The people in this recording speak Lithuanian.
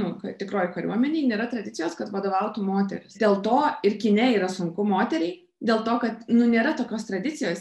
nu kad tikroj kariuomenėj nėra tradicijos kad vadovautų moteris dėl to ir kine yra sunku moteriai dėl to kad nu nėra tokios tradicijos